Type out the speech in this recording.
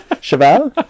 Cheval